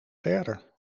verder